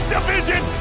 Division